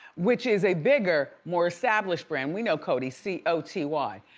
which is a bigger, more established brand. we know coty, c o t y.